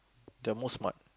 they're more smart